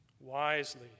wisely